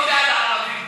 לא בעד הערבים.